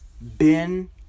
Ben